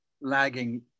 lagging